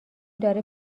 داره